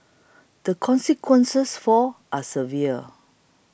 the consequences for are severe